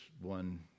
one